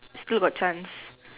still got chance